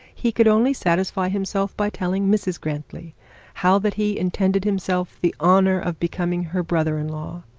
he could only satisfy himself by telling mrs grantly how that he intended himself the honour of becoming her brother-in-law.